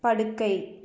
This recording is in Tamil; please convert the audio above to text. படுக்கை